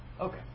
Okay